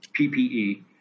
PPE